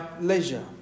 leisure